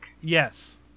Yes